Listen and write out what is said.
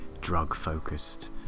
drug-focused